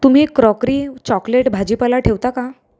तुम्ही crockery chocolate भाजीपाला ठेवता का